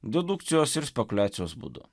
dedukcijos ir spekuliacijos būdu